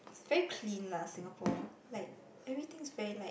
very clean lah Singapore like everything is very like